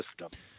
system